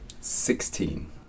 Sixteen